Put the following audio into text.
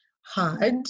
hard